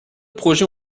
projets